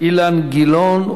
אילן גילאון.